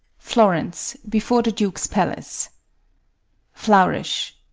florence. before the duke's palace flourish.